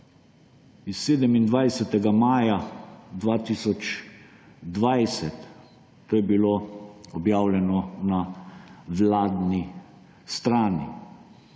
27. maja 2020, to je bilo objavljeno na vladni strani.